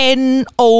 no